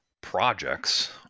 projects